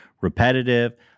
repetitive